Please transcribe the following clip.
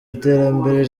iterambere